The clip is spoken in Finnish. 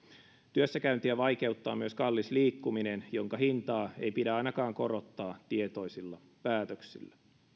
työssä käyntiä vaikeuttaa myös kallis liikkuminen jonka hintaa ei pidä ainakaan korottaa tietoisilla päätöksillä